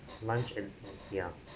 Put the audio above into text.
lunch and and ya